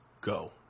go